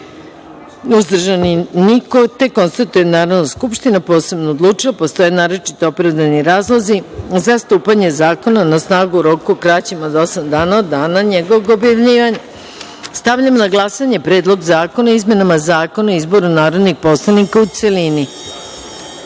uzdržanih – nema. Konstatujem da je Narodna skupština posebno odlučila da postoje naročito opravdani razlozi za stupanje zakona na snagu u roku kraćem od osam dana od dana njegovog objavljivanja. Stavljam na glasanje Predlog zakona o izmenama Zakona o izboru narodnih poslanika, u